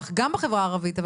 גם בחברה הערבית,